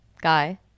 Guy